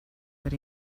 per